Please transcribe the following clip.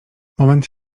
moment